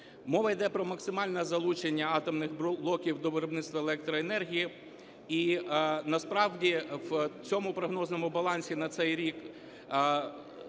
Мова йде про максимальне залучення атомних блоків до виробництва електроенергії. І насправді в цьому прогнозному балансі на цей рік